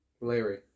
Larry